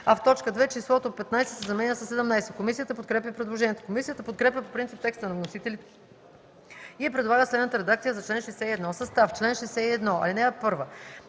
а в т. 2 числото „15” се заменя със „17”.” Комисията подкрепя предложението. Комисията подкрепя по принцип текста на вносителите и предлага следната редакция за чл. 61: „Състав Чл. 61. (1) Районната